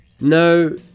No